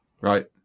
right